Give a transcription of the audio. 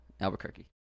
Albuquerque